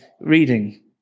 reading